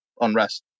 unrest